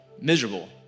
miserable